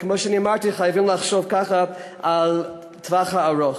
כמו שאמרתי, חייבים לחשוב ככה על הטווח הארוך.